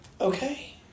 Okay